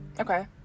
Okay